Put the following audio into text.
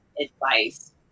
advice